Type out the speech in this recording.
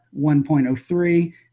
1.03